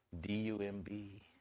D-U-M-B